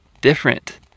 different